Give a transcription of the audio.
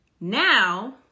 now